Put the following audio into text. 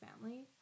family